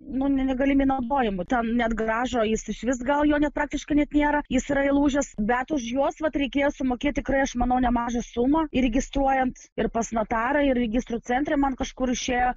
nu negalimi naudojumui ten net garžo jis išvis gal jo net praktiškai nėra jis yra įlūžęs bet už juos vat reikėjo sumokėti tikrai aš manau nemažą sumą įregistruojant ir pas notarą ir registrų centre man kažkur išėjo